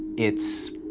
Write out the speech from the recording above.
it's,